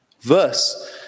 verse